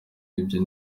ibyo